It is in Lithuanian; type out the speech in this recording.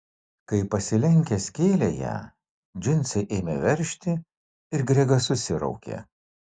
kai pasilenkęs kėlė ją džinsai ėmė veržti ir gregas susiraukė